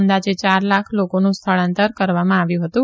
અંદાજે યાર લાખ લોકોનું સ્થળાંતર કરવામાં આવ્યું હતું